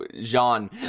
Jean